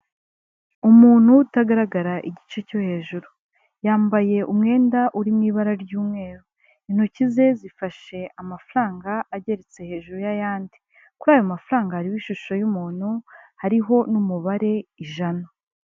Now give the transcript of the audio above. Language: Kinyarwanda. Umuntu utagaragara igice cyo hejuru yambaye umwenda uri mu ibara ry'umweru, intoki ze zifashe amafaranga ageretse hejuru y'ayandi, kuri ayo mafaranga hariho ishusho y'umuntu hariho n'umubare ijana.